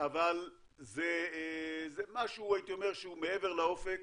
אבל זה משהו שהוא מעבר לאופק,